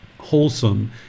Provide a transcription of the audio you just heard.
wholesome